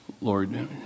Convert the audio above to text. Lord